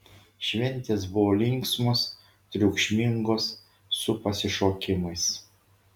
šventės buvo linksmos triukšmingos su pasišokimais